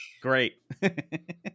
great